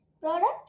product